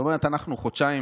אנחנו חודשיים